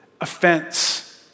Offense